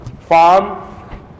farm